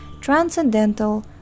transcendental